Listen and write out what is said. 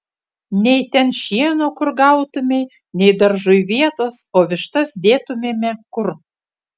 nei ten šieno kur gautumei nei daržui vietos o vištas dėtumėme kur